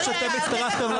מי זה, איך קוראים לו?